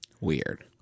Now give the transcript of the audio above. weird